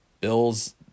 Bills